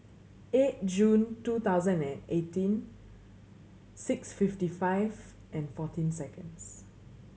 eight June two thousand and eighteen six fifty five and fourteen seconds